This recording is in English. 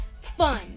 fun